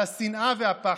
על השנאה והפחד.